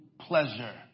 pleasure